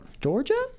Georgia